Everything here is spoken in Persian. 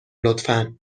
لطفا